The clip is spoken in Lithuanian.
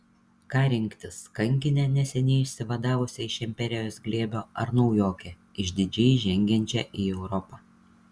ką rinktis kankinę neseniai išsivadavusią iš imperijos glėbio ar naujokę išdidžiai žengiančią į europą